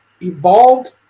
evolved